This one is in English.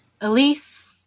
Elise